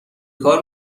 کار